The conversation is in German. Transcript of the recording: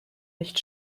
nicht